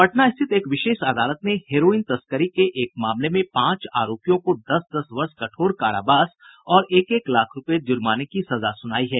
पटना स्थित एक विशेष अदालत ने हेरोईन तस्करी के मामले में पांच आरोपियों को दस दस वर्ष कठोर कारावास और एक एक लाख रूपये जुर्माने की सजा सुनाई है